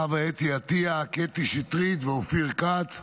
חוה אתי עטיה, קטי שטרית ואופיר כץ.